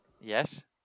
Yes